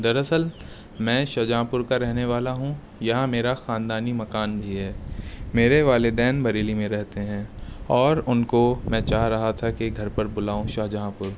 دراصل میں Shahjahanpur کا رہنے والا ہوں یہاں میرا خاندانی مکان بھی ہے میرے والدین بریلی میں رہتے ہیں اور ان کو میں چاہ رہا تھا کہ گھر پر بلاؤں شاہ جہان پور